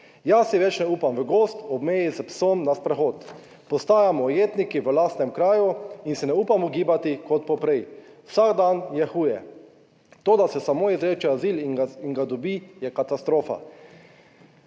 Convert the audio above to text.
Jaz si več ne upam v gozd ob meji s psom na sprehod. Postajamo ujetniki v lastnem kraju in se ne upamo gibati kot poprej. Vsak dan je huje. To, da se samo izreče azil in ga dobi, je katastrofa.